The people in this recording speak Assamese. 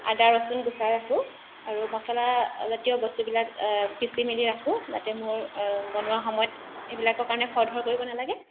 আদা ৰচুন গুচাই ৰাখোঁ আৰু মছলাজাতীয় বস্তুবিলাক পিছি মেলি ৰাখোঁ যাতে মোৰ বনোৱাৰ সময়ত এইবিলাকৰ কাৰণে খৰধৰ কৰিব নেলাগে